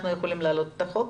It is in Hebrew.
אנחנו יכולים להעלות את החוק?